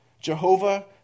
Jehovah